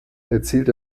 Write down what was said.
erzielt